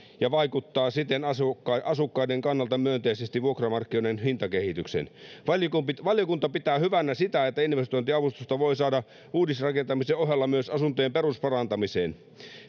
ja vaikuttaa siten asukkaiden asukkaiden kannalta myönteisesti vuokramarkkinoiden hintakehitykseen valiokunta valiokunta pitää hyvänä sitä että investointiavustusta voi saada uudisrakentamisen ohella myös asuntojen perusparantamiseen